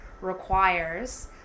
requires